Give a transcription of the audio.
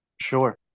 Sure